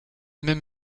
même